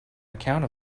account